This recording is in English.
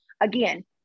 Again